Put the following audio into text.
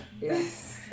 Yes